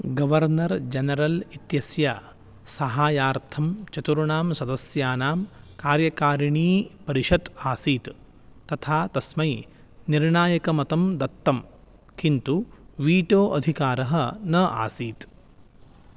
governor general इत्यस्य सहायार्थं चतुर्णां सदस्यानां कार्यकारिणीपरिषत् आसीत् तथा तस्मै निर्णायकमतं दत्तं किन्तु वीटो अधिकारः न आसीत्